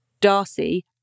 Darcy